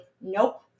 Nope